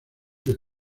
del